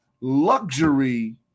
luxury